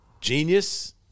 genius